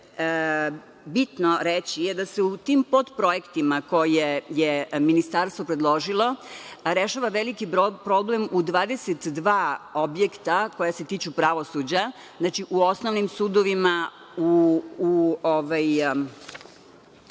bitno reći je da se u tim podprojektima koje je Ministarstvo predložilo, rešava veliki problem u 22 objekta koja se tiču pravosuđa. Znači, u osnovnim sudovima, u